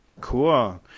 Cool